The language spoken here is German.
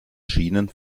schienen